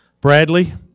Bradley